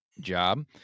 Job